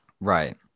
Right